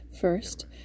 First